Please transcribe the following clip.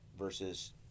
versus